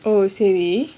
oh is it